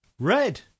Red